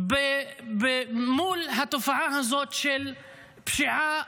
מול התופעה הזאת של פשיעה,